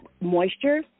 moisture